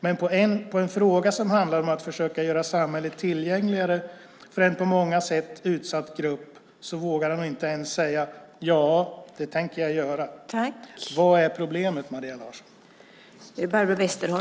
Men i en fråga som handlar om att försöka göra samhället tillgängligare för en på många sätt utsatt grupp vågar hon inte ens säga: Ja, det tänker jag göra. Vad är problemet, Maria Larsson?